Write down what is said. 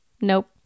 nope